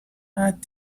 add